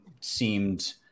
seemed